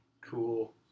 Cool